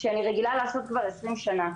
במה אני רגילה לעשות כבר 20 שנים.